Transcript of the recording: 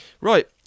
Right